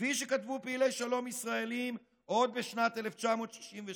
כפי שכתבו פעילי שלום ישראלים עוד בשנת 1967,